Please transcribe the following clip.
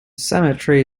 cemetery